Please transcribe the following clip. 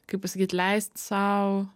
kaip pasakyt leist sau